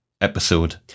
episode